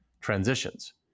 transitions